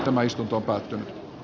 tämä istuntoa